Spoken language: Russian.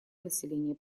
населения